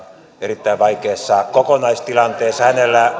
erittäin vaikeassa kokonaistilanteessa